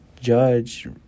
judge